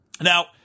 Now